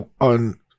on